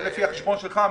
זה לפי החשבון שלך.